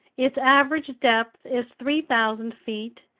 its average depth is three thousand feet,